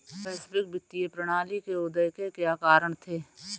वैश्विक वित्तीय प्रणाली के उदय के क्या कारण थे?